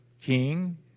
King